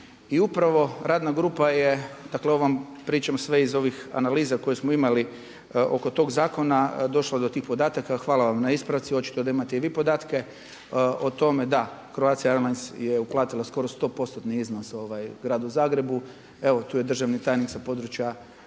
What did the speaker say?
I upravo radna grupa je dakle ovom pričom sve iz ovih analiza koju smo imali oko tog zakona došla do tih podataka. Hvala vam na ispravci, očito da imate i vi podatke o tome. Da Croatia Airlines je uplatila skoro 100%tni iznos Gradu Zagrebu. Evo tu je državni tajnik sa područja